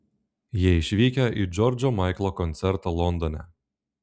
jie išvykę į džordžo maiklo koncertą londone